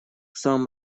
самом